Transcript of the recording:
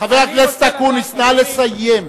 חבר הכנסת אקוניס, נא לסיים.